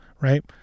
right